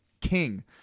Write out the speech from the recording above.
king